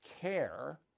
care